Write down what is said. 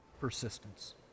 persistence